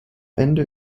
ende